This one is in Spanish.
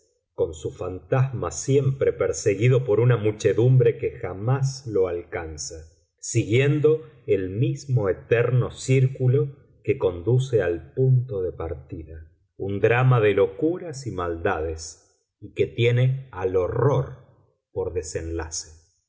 con su fantasma siempre perseguido por una muchedumbre que jamás lo alcanza siguiendo el mismo eterno círculo que conduce al punto de partida un drama de locuras y maldades y que tiene al horror por desenlace